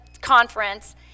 conference